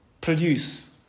produce